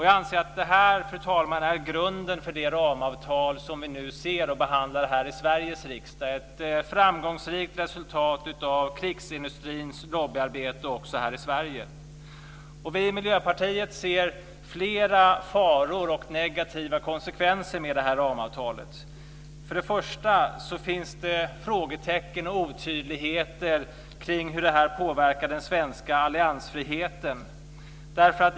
Jag anser att detta, fru talman, är grunden för det ramavtal som vi nu ser och behandlar här i Sveriges riksdag - ett framgångsrikt resultat av krigsindustrins lobbyarbete också här i Sverige. Vi i Miljöpartiet ser flera faror och negativa konsekvenser med detta ramavtal. Först och främst finns det frågetecken och otydligheter kring hur detta påverkar den svenska alliansfriheten.